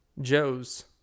Joe's